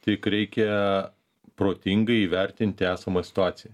tik reikia protingai įvertinti esamą situaciją